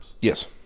Yes